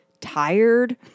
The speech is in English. tired